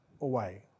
away